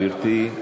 גברתי,